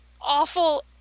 awful